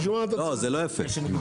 בשביל מה אתה צריך?